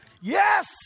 Yes